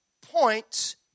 points